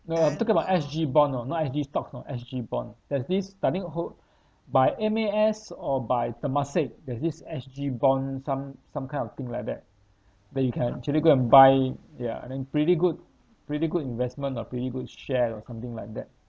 no I'm talking about S_G bond orh not S_G stocks orh S_G bond there's I think hold by M_A_S or by Temasek there's this S_G bond some some kind of thing like that that you can actually go and buy ya and then pretty good pretty good investment or pretty good share or something like that